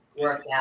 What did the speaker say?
workout